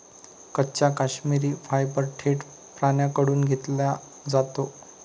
कच्चा काश्मिरी फायबर थेट प्राण्यांकडून घेतला जातो